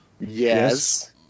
Yes